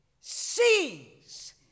sees